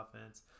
offense